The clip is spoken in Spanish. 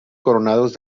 coronados